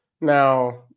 Now